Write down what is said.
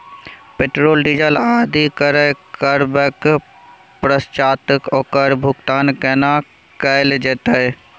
Petrol, diesel आदि क्रय करबैक पश्चात ओकर भुगतान केना कैल जेतै?